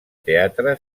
teatre